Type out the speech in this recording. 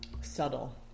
subtle